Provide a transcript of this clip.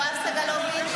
נא לצאת.